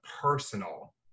personal